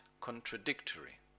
contradictory